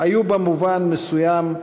היה במובן מסוים,